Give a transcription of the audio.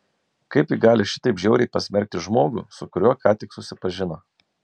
kaip ji gali šitaip žiauriai pasmerkti žmogų su kuriuo ką tik susipažino